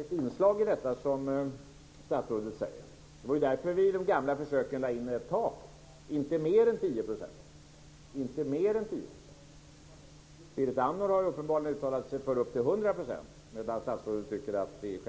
ett inslag i det som statsrådet säger. Det var därför som vi i de gamla försöken lade in ett tak. Det skulle inte vara högre än 10 %. Berit Andnor har uppenbarligen uttalat sig för upp till 100 %.